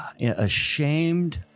ashamed